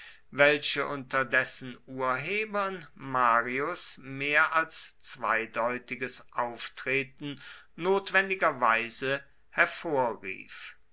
welche unter dessen urhebern marius mehr als zweideutiges auftreten notwendigerweise hervorrief